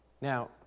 Now